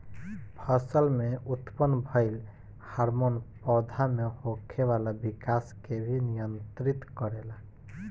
फसल में उत्पन्न भइल हार्मोन पौधा में होखे वाला विकाश के भी नियंत्रित करेला